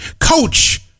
coach